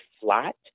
flat